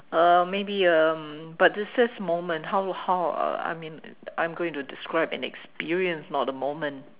uh maybe um but this says moment how how uh I mean I'm going to describe in a experience not a moment